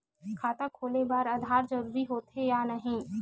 खाता खोले बार आधार जरूरी हो थे या नहीं?